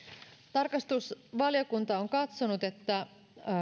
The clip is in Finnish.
tarkastusvaliokunta on katsonut että